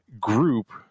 group